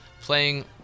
playing